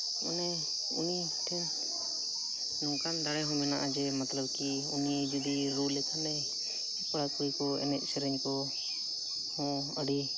ᱚᱱᱮ ᱩᱱᱤ ᱴᱷᱮᱱ ᱱᱚᱝᱠᱟᱱ ᱫᱟᱲᱮ ᱦᱚᱸ ᱢᱮᱱᱟᱜᱼᱟ ᱡᱮ ᱢᱚᱛᱞᱚᱵ ᱠᱤ ᱩᱱᱤ ᱡᱩᱫᱤ ᱨᱩ ᱞᱮᱠᱷᱟᱱᱮ ᱠᱚᱲᱟ ᱠᱩᱲᱤ ᱠᱚ ᱮᱱᱮᱡ ᱥᱮᱨᱮᱧ ᱠᱚ ᱦᱚᱸ ᱟᱹᱰᱤ